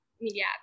media